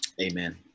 Amen